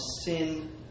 sin